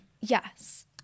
Yes